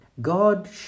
God